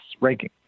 ranking